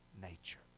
nature